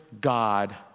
God